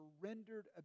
surrendered